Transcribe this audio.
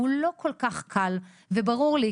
שהוא לא כל כך קל וברור לי,